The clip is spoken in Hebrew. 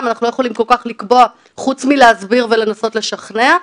אנחנו לא יכולים כל כך לקבוע חוץ מלהסביר ולנסות לשכנע,